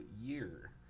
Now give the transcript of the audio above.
year